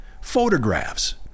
photographs